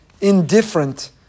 indifferent